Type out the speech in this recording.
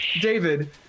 David